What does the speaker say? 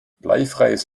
bleifreies